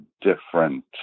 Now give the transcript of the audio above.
different